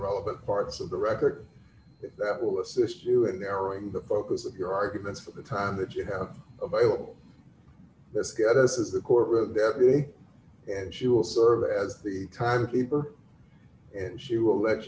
relevant parts of the record that will assist you in there or in the focus of your arguments for the time that you have available that's got us as the court with debbie and she will serve d as the time keeper and she will let